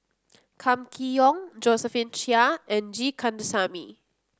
Kam Kee Yong Josephine Chia and G Kandasamy